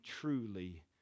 truly